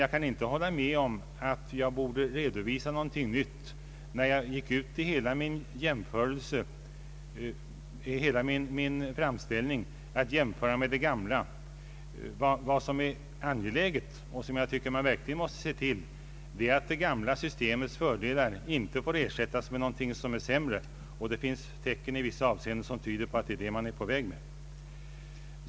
Jag kan dock inte hålla med om att jag borde redovisa någonting nytt i stället när hela min framställning gick ut på att jämföra med det gamla. Vad som är angeläget och som jag tycker att man verkligen måste se till är att det gamla systemets fördelar inte får ersättas med någonting som är sämre, och det finns vissa tecken som tyder på att man är på väg att göra detta.